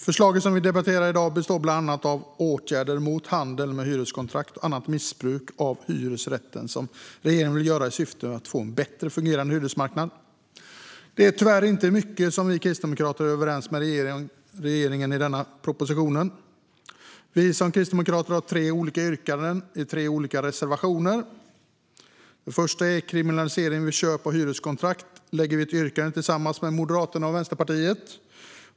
Fru talman! Förslagen vi debatterar i dag handlar bland annat om åtgärder mot handel med hyreskontrakt och annat missbruk av hyresrätten som regeringen vill vidta i syfte att få en bättre fungerande hyresmarknad. Det är tyvärr inte mycket i denna proposition som vi i Kristdemokraterna är överens med regeringen om. I betänkandet har vi tre olika yrkanden i tre olika reservationer. Den första reservationen rör kriminalisering vid köp av hyreskontrakt, där vi har ett yrkande tillsammans med Moderaterna och Vänsterpartiet.